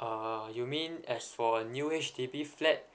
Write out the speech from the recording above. uh you mean as for a new H_D_B flat